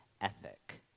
ethic